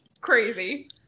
Crazy